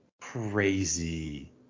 crazy